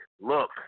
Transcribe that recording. look